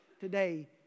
today